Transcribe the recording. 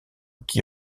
qui